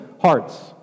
Hearts